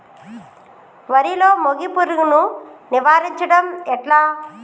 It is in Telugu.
వరిలో మోగి పురుగును నివారించడం ఎట్లా?